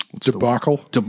debacle